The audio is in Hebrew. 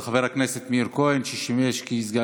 ואני אומר לכם את זה חברי הקואליציה: החוק הזה,